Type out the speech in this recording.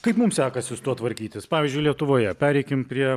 kaip mums sekasi su tuo tvarkytis pavyzdžiui lietuvoje pereikim prie